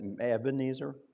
Ebenezer